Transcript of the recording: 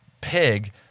pig